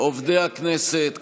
עובדי הכנסת,